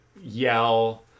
yell